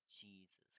Jesus